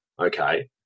Okay